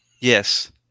Yes